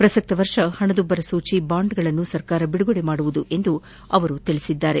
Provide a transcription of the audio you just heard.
ಪ್ರಸಕ್ತ ವರ್ಷ ಹಣದುಬ್ಬರ ಸೂಚಿ ಬಾಂಡ್ಗಳನ್ನು ಸರ್ಕಾರ ಬಿಡುಗಡೆ ಮಾಡಲಿದೆ ಎಂದು ಅವರು ಹೇಳಿದರು